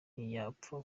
ntiyapfa